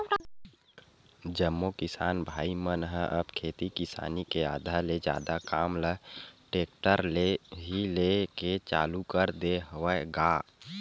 जम्मो किसान भाई मन ह अब खेती किसानी के आधा ले जादा काम ल टेक्टर ले ही लेय के चालू कर दे हवय गा